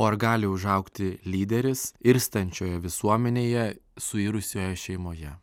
o ar gali užaugti lyderis irstančioje visuomenėje suirusioje šeimoje